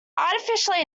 artificially